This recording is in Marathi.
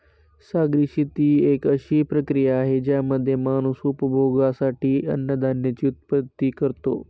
सागरी शेती एक अशी प्रक्रिया आहे ज्यामध्ये माणूस उपभोगासाठी अन्नधान्याची उत्पत्ति करतो